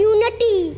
Unity